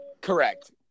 correct